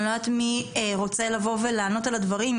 אני לא יודעת מי רוצה לענות על הדברים,